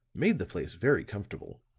made the place very comfortable.